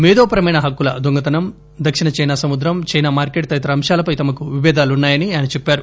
మేధోపరమైన హక్కుల దొంగతనం దక్షిణ చైనా సముద్రం చైనా మార్కెట్ తదితర అంశాలపై తమకు విభేదాలున్నా యని ఆయన చెప్పారు